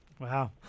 Wow